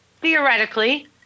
theoretically